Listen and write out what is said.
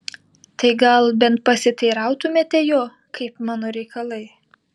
tai gal bent pasiteirautumėte jo kaip mano reikalai